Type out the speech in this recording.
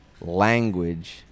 language